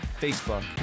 Facebook